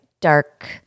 dark